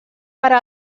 per